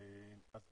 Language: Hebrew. אני